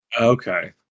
Okay